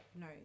no